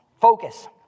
Focus